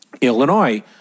Illinois